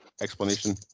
explanation